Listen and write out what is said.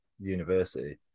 university